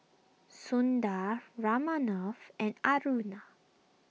Sundar Ramnath and Aruna